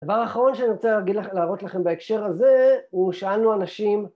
דבר אחרון שאני רוצה להראות לכם בהקשר הזה הוא שאנו אנשים